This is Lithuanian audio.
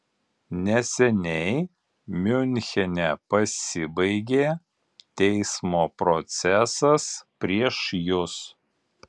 neseniai miunchene pasibaigė teismo procesas prieš jus